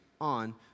on